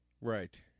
Right